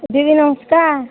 ଦିଦି ନମସ୍କାର୍